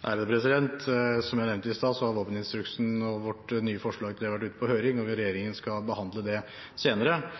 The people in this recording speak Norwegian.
Som jeg nevnte i stad, har våpeninstruksen og vårt nye forslag til det vært ute på høring, og regjeringen skal behandle det senere. Vi